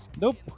Nope